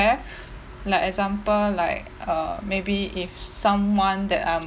have like example like uh maybe if someone that um